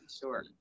Sure